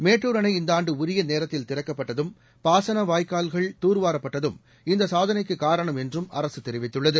மேட்டுர் அணை இந்த ஆண்டு உரிய நேரத்தில் திறக்கப்பட்டதும் பாசன வாய்க்கால்கள் தூர்வாரப்பட்டதும் இந்த சாதனைக்கு காரணம் என்றும் அரசு தெரிவித்துள்ளது